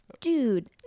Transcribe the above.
dude